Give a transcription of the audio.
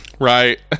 Right